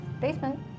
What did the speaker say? basement